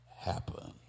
Happen